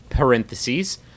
Parentheses